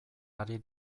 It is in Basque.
ari